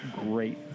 great